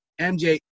MJ